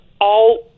all-